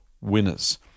winners